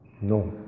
No